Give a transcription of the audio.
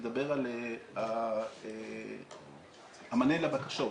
הוא מדבר על המענה לבקשות.